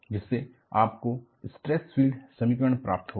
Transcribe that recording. जिससे आपको stress field समीकरण प्राप्त होगा